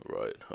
right